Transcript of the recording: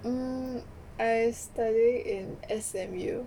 mm I study in S_M_U